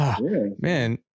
Man